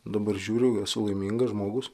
dabar žiūriu esu laimingas žmogus